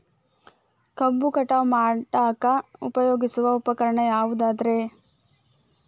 ಕಬ್ಬು ಕಟಾವು ಮಾಡಾಕ ಉಪಯೋಗಿಸುವ ಉಪಕರಣ ಯಾವುದರೇ?